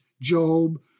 Job